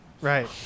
Right